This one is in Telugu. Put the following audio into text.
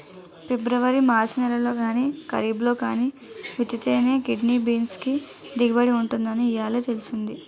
పిబ్రవరి మార్చి నెలల్లో గానీ, కరీబ్లో గానీ విత్తితేనే కిడ్నీ బీన్స్ కి దిగుబడి ఉంటుందని ఇయ్యాలే తెలిసింది